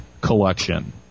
collection